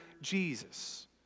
Jesus